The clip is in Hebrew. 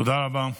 תודה רבה.